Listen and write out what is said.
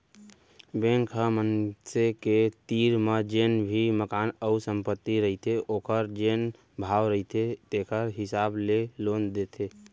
bank ह मनसे के तीर म जेन भी मकान अउ संपत्ति रहिथे ओखर जेन भाव रहिथे तेखर हिसाब ले लोन देथे